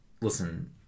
listen